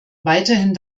weiterhin